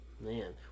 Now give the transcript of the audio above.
Man